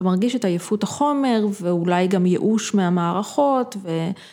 ‫אתה מרגיש את עייפות החומר ‫ואולי גם ייאוש מהמערכות, ו...